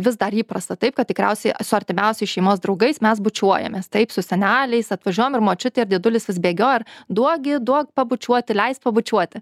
vis dar įprasta taip kad tikriausiai su artimiausiais šeimos draugais mes bučiuojamės taip su seneliais atvažiuojam ir močiutė dėdulis bėgioja duoki duok pabučiuoti leisk pabučiuoti